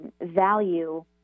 value